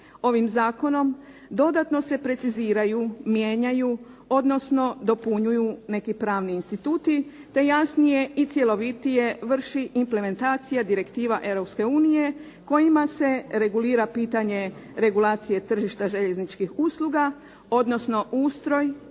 ovim zakonom dodatno se preciziraju, mijenjaju odnosno dopunjuju neki pravni instituti te jasnije i cjelovitije vrši implementacija direktiva Europske unije kojima se regulira pitanje regulacije tržišta željezničkih usluga odnosno ustroj